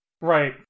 Right